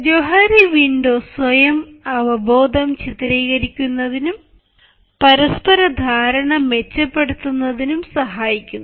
Johari window സ്വയം അവബോധം ചിത്രീകരിക്കുന്നതിനും പരസ്പര ധാരണ മെച്ചപ്പെടുത്തുന്നതിനും സഹായിക്കുന്നു